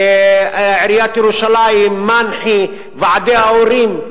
עיריית ירושלים, מנח"י, ועדי ההורים: